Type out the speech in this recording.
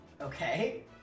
Okay